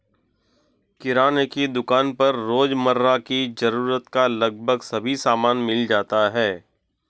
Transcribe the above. किराने की दुकान पर रोजमर्रा की जरूरत का लगभग सभी सामान मिल जाता है